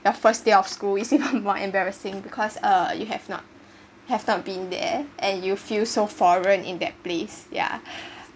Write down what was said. the first day of school it's even more embarrassing because uh you have not have not been there and you feel so foreign in that place ya